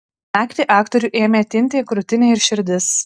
naktį aktoriui ėmė tinti krūtinė ir širdis